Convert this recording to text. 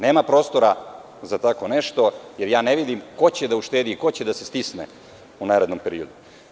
Nema prostora za tako nešto, jer ne vidim ko će da uštedi i ko će da se stisne u narednom periodu.